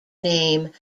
name